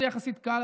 זה יחסית קל,